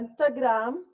Instagram